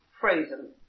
frozen